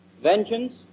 Vengeance